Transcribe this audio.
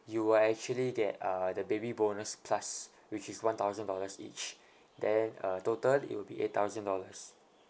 you will actually get uh the baby bonus plus which is one thousand dollars each then uh total it will be eight thousand dollars